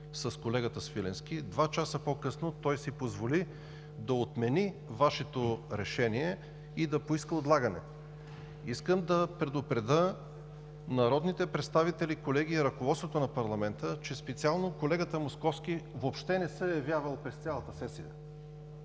с колегата Свиленски. Два часа по-късно той си позволи да отмени Вашето решение и да поиска отлагане. Искам да предупредя народните представители, колеги, и ръководството на парламента, че специално колегата Московски въобще не се е явявал през цялата сесия.